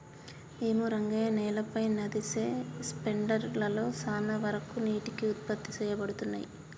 ఏమో రంగయ్య నేలపై నదిసె స్పెండర్ లలో సాన వరకు నీటికి ఉత్పత్తి సేయబడతున్నయి